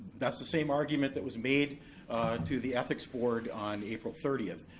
that's the same argument that was made to the ethics board on april thirtieth.